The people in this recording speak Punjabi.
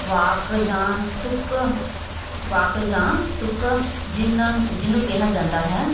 ਵਾਕ ਜਾਂ ਤੁੱਕ ਵਾਕ ਜਾਂ ਤੁੱਕ ਜਿੰਨਾ ਜਿਹਨੂੰ ਕਿਹਾ ਜਾਂਦਾ ਹੈ